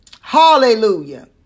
Hallelujah